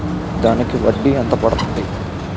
దానికి వడ్డీ ఎంత పడుతుంది?